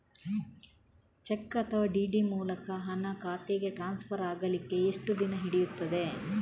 Check ಅಥವಾ DD ಮೂಲಕ ಹಣ ಖಾತೆಗೆ ಟ್ರಾನ್ಸ್ಫರ್ ಆಗಲಿಕ್ಕೆ ಎಷ್ಟು ದಿನ ಹಿಡಿಯುತ್ತದೆ?